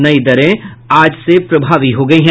नई दरें आज से प्रभावी हो गयी हैं